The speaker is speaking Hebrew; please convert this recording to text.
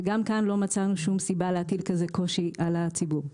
לא מצאנו כל סיבה להטיל כזה קושי על הציבור.